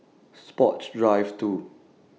Sports Drive two